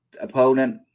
opponent